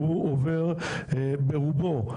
הוא עובר ברובו לנהריה,